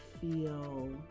feel